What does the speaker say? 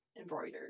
embroidered